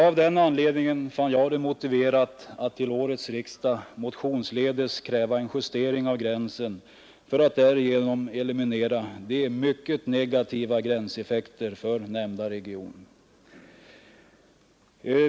Av den anledningen fann jag det motiverat att till årets riksdag motionsledes kräva en justering av gränsen för att därigenom eliminera de mycket negativa gränseffekterna för nämnda region.